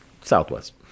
Southwest